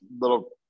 little